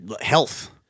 Health